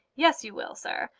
yes, you will, sir.